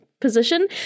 position